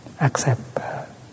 accept